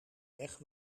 weg